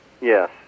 Yes